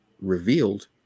revealed